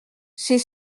ces